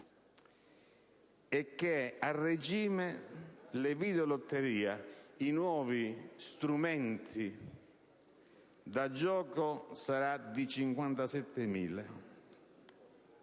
e, a regime, le videolotterie, i nuovi strumenti da gioco, arriveranno a 57.000.